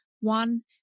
one